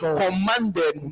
commanded